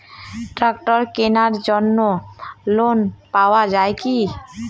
ট্রাক্টরের কেনার জন্য লোন পাওয়া যায় কি?